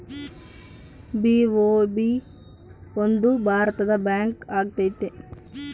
BOB ಒಂದು ಭಾರತದ bank ಆಗೈತೆ